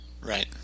Right